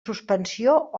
suspensió